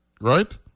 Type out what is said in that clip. right